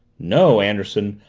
no, anderson,